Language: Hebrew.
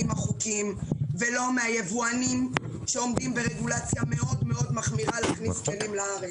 החוקיים ולא מהיבואנים שעומדים ברגולציה מאוד מחמירה להכניס כלים לארץ.